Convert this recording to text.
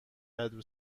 کدو